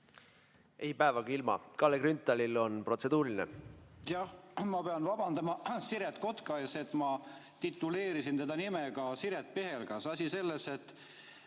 Ei päevagi ilma. Kalle Grünthalil on protseduuriline.